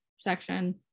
section